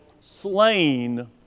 slain